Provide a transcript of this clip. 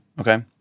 okay